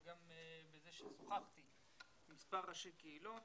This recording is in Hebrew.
וגם מזה ששוחחתי עם מספר ראשי קהילות,